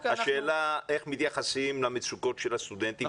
השאלה איך מתייחסים למצוקות של הסטודנטים,